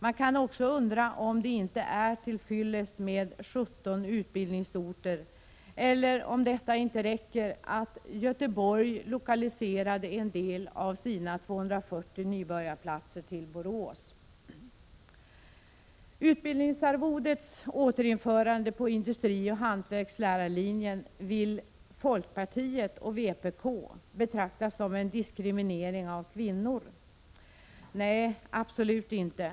Man kan också undra om det inte räcker med 17 utbildningsorter och, om detta inte är till fyllest, med att Göteborg lokaliserat en del av sina 240 nybörjarplatser till Borås. Utbildningsarvodets återinförande på industrioch hantverkslärarlinjen vill fp och vpk beteckna som en diskriminering av kvinnor. Nej, det är det absolut inte.